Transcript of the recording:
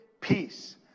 peace